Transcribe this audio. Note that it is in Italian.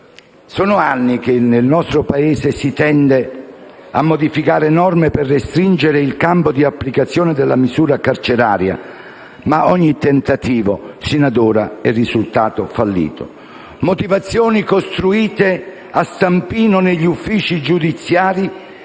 Sono decenni che in Italia si tende a modificare norme per restringere il campo di applicazione della misura carceraria, ma ogni tentativo finora è risultato fallito. Motivazioni costruite a stampino negli uffici giudiziari